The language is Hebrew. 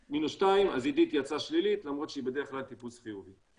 אז עידית יצאה שלילית למרות שהיא בדרך כלל טיפוס חיובי.